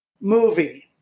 movie